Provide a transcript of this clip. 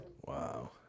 Wow